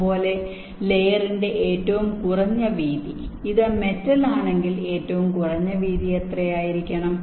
അതുപോലെ ലയേറിന്റെ ഏറ്റവും കുറഞ്ഞ വീതി ഇത് മെറ്റൽ ആണെങ്കിൽ ഏറ്റവും കുറഞ്ഞ വീതി എത്രയായിരിക്കണം